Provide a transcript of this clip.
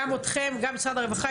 גם אתכם, גם את משרד הרווחה.